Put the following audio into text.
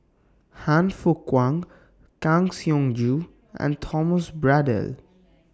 Han Fook Kwang Kang Siong Joo and Thomas Braddell